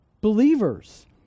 believers